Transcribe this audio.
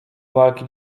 walki